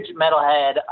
metalhead